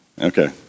Okay